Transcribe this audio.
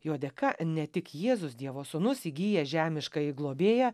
jo dėka ne tik jėzus dievo sūnus įgyja žemiškąjį globėją